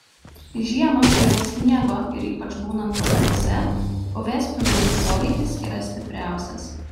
žiemą kai yra sniego ir ypač būnant kalnuose uv spindulių poveikis yra stipriausias